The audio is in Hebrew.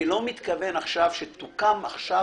אני לא מתכוון עכשיו שתוקם עכשיו